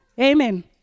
Amen